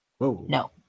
No